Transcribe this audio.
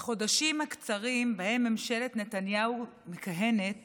בחודשים הקצרים שבהם ממשלת נתניהו מכהנת